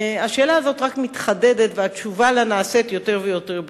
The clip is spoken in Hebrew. השאלה הזאת רק מתחדדת והתשובה לה נעשית יותר ויותר ברורה.